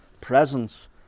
presence